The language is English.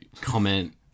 Comment